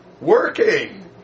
Working